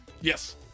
Yes